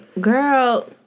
Girl